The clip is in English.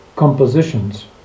compositions